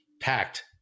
packed